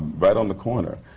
but on the corner.